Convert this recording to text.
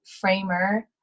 Framer